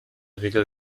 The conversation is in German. regel